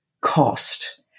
cost